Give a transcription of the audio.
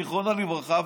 זיכרונו לברכה,